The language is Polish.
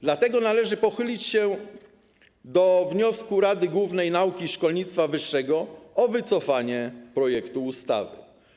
Dlatego należy pochylić się nad wnioskiem Rady Głównej Nauki i Szkolnictwa Wyższego o wycofanie projektu ustawy.